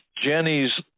Jenny's